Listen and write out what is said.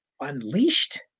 Unleashed